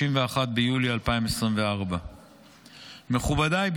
31 ביולי 2024. מכובדיי,